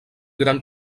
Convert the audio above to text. gran